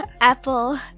Apple